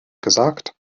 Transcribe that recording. gesagt